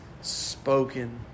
spoken